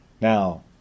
Now